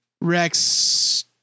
Rex